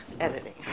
editing